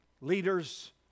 leaders